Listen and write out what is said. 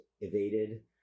evaded